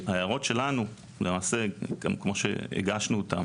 ההערות שלנו, למעשה, כמו שהגשנו אותם